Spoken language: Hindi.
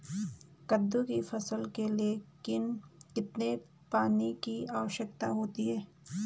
कद्दू की फसल के लिए कितने पानी की आवश्यकता होती है?